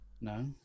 No